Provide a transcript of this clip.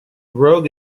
rogue